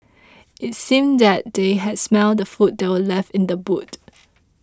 it seemed that they had smelt the food that were left in the boot